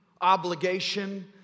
obligation